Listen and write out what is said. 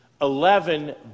eleven